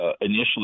initially